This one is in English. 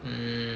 mm